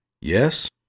Yes